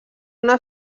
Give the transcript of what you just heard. una